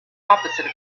opposite